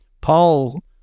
Paul